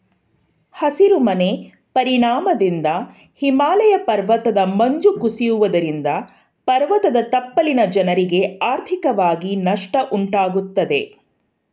ಹಸಿರು ಮನೆ ಪರಿಣಾಮದಿಂದ ಹಿಮಾಲಯ ಪರ್ವತದ ಮಂಜು ಕುಸಿಯುವುದರಿಂದ ಪರ್ವತದ ತಪ್ಪಲಿನ ಜನರಿಗೆ ಆರ್ಥಿಕವಾಗಿ ನಷ್ಟ ಉಂಟಾಗುತ್ತದೆ